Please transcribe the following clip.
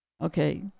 Okay